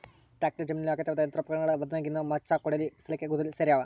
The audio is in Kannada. ಟ್ರಾಕ್ಟರ್ ಜಮೀನಿನಲ್ಲಿ ಅಗತ್ಯವಾದ ಯಂತ್ರೋಪಕರಣಗುಳಗ ಒಂದಾಗಿದೆ ಮಚ್ಚು ಕೊಡಲಿ ಸಲಿಕೆ ಗುದ್ದಲಿ ಸೇರ್ಯಾವ